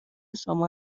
شما